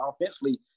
offensively